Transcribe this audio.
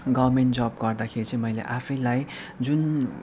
government जब गर्दाखेरि चाहिँ मैले आफैलाई जुन